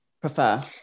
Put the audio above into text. prefer